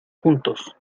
juntos